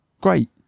great